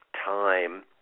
time